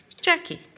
Jackie